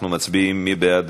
אנחנו מצביעים, מי בעד?